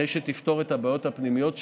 אחרי שתפתור את הבעיות הפנימיות שלה,